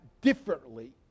differently